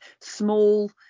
small